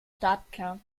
startklar